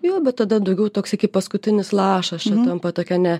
jo bet tada daugiau toksai kaip paskutinis lašas čia tampa tokia ne